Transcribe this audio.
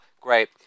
Great